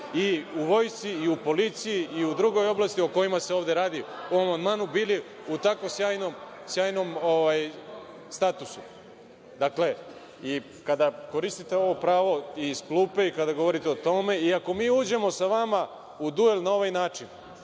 i u Vojsci i u policiji i u drugoj oblasti, o kojima se ovde radi u amandmanu, bili u tako sjajnom statusu? Kada koristite ovo pravo iz klupe, i kada govorite o tome i ako mi uđemo sa vama u duel na ovaj način,